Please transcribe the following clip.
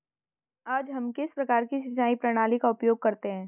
आज हम किस प्रकार की सिंचाई प्रणाली का उपयोग करते हैं?